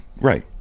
Right